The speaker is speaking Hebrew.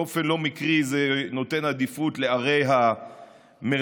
באופן לא מקרי זה נותן עדיפות לערי המרכז,